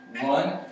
One